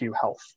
health